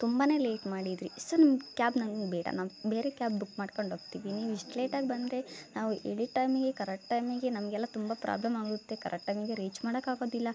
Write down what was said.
ತುಂಬಾ ಲೇಟ್ ಮಾಡಿದಿರಿ ಸೊ ನಿಮ್ಮ ಕ್ಯಾಬ್ ನಂಗೆ ಬೇಡ ನಾವು ಬೇರೆ ಕ್ಯಾಬ್ ಬುಕ್ ಮಾಡ್ಕೊಂಡು ಹೋಗ್ತಿವಿ ನೀವು ಇಷ್ಟು ಲೇಟಾಗಿ ಬಂದರೆ ನಾವು ಹೇಳಿದ್ ಟೈಮಿಗೆ ಕರೆಕ್ಟ್ ಟೈಮಿಗೆ ನಮಗೆಲ್ಲ ತುಂಬ ಪ್ರಾಬ್ಲಮ್ ಆಗುತ್ತೆ ಕರೆಕ್ಟ್ ಟೈಮಿಗೆ ರೀಚ್ ಮಾಡೊಕ್ಕಾಗೋದಿಲ್ಲ